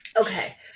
okay